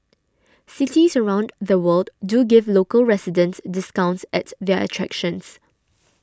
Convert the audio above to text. cities around the world do give local residents discounts at their attractions